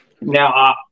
Now